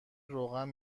روغن